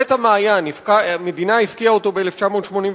"בית המעיין", המדינה הפקיעה אותו ב-1998.